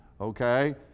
okay